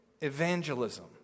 evangelism